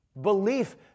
Belief